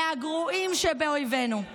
מהגרועים שבאויבינו.